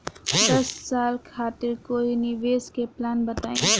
दस साल खातिर कोई निवेश के प्लान बताई?